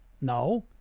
No